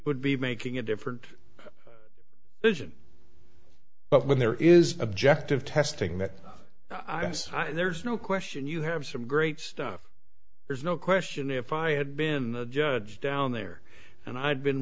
would be making a different vision but when there is objective testing that i guess there's no question you have some great stuff there's no question if i had been the judge down there and i'd been